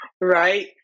Right